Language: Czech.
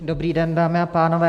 Dobrý den, dámy a pánové.